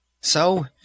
So